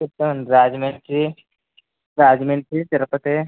చెప్తానండి రాజమండ్రి రాజమండ్రి తిరుపతి